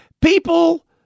People